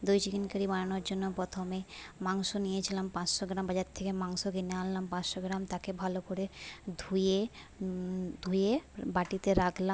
দই chicken curry বানানোর জন্য প্রথমে মাংস নিয়েছিলাম পাঁচশো গ্রাম বাজার থেকে মাংস কিনে আনলাম পাঁচশো গ্রাম তাকে ভালো করে ধুয়ে ধুয়ে বাটিতে রাখলাম